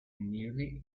newly